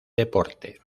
deporte